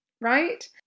right